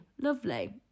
Lovely